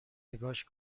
نگاش